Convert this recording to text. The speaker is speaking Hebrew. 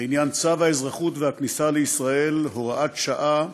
לעניין צו האזרחות והכניסה לישראל (הוראת שעה)